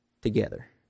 together